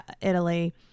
Italy